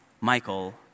Michael